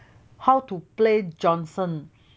how to play johnson